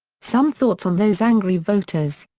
some thoughts on those angry voters.